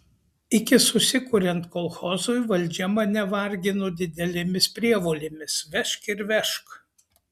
iki susikuriant kolchozui valdžia mane vargino didelėmis prievolėmis vežk ir vežk